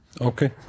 Okay